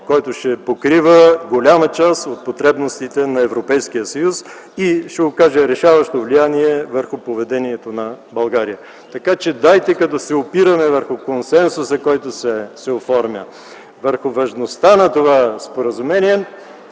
който ще покрива голяма част от потребностите на Европейския съюз и ще окаже решаващо влияние върху поведението на България, така че дайте като се опираме върху консенсуса, който се оформя, върху важността на това споразумение